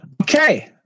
Okay